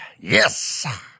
Yes